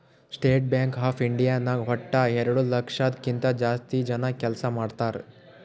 state bank of India ನಾಗ್ ವಟ್ಟ ಎರಡು ಲಕ್ಷದ್ ಕಿಂತಾ ಜಾಸ್ತಿ ಜನ ಕೆಲ್ಸಾ ಮಾಡ್ತಾರ್